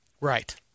Right